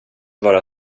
vara